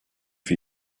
for